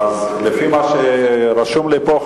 לפי מה שרשום לי פה,